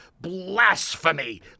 blasphemy